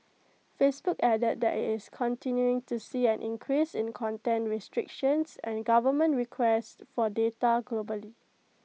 Facebook added that IT is continuing to see an increase in content restrictions and government requests for data globally